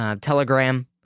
Telegram